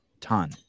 ton